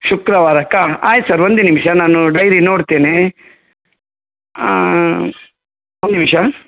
ಶುಕ್ರವಾರಕ್ಕಾ ಆಯ್ತು ಸರ್ ಒಂದೇ ನಿಮಿಷ ನಾನು ಡೈರಿ ನೋಡ್ತೇನೆ ಒಂದು ನಿಮಿಷ